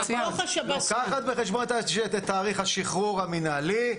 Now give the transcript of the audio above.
לוקחת בחשבון את תאריך השחרור המנהלי.